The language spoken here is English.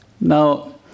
Now